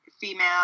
female